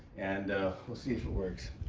and we'll see if it works.